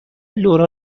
لورا